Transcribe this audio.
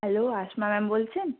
hello Asma ma'am বলছেন